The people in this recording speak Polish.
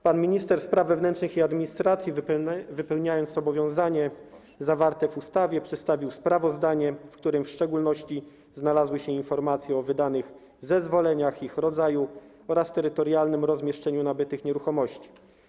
Pan minister spraw wewnętrznych i administracji, wypełniając zobowiązanie zawarte w ustawie, przedstawił sprawozdanie, w którym w szczególności znalazły się informacje o wydanych zezwoleniach, ich rodzaju oraz terytorialnym rozmieszczeniu nabytych nieruchomości.